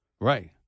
Right